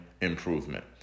improvement